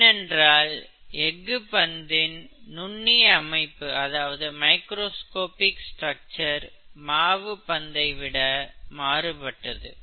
ஏனென்றால் எஃகு பந்தின் நுண்ணிய அமைப்பு மாவு பந்தை விட மாறுபட்டது